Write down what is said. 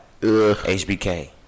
HBK